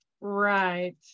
right